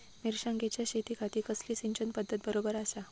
मिर्षागेंच्या शेतीखाती कसली सिंचन पध्दत बरोबर आसा?